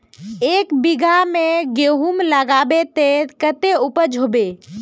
एक बिगहा में गेहूम लगाइबे ते कते उपज होते?